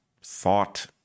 thought